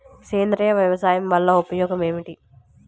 సేంద్రీయ వ్యవసాయం వల్ల ఉపయోగం ఏమిటి?